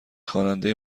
خواننده